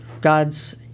God's